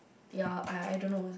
ya I I don't know